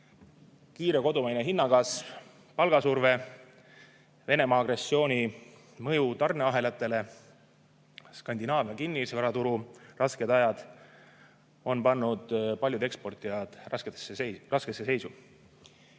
Kiire kodumaine hinnakasv, palgasurve, Venemaa agressiooni mõju tarneahelatele, Skandinaavia kinnisvaraturu rasked ajad on pannud paljud eksportijad raskesse seisu.